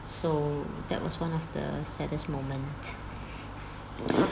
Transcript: so that was one of the saddest moment